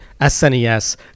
SNES